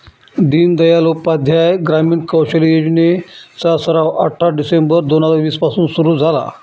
दीनदयाल उपाध्याय ग्रामीण कौशल्य योजने चा सराव अठरा डिसेंबर दोन हजार वीस पासून सुरू झाला